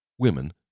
Women